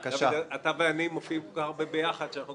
אתה ואני מופיעים כל כך הרבה ביחד שאנחנו